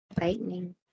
lightning